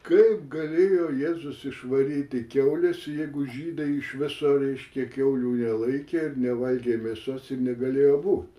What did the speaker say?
kaip galėjo jėzus išvaryti kiaules jeigu žydai iš viso reiškia kiaulių nelaikė ir nevalgė mėsos ir negalėjo būt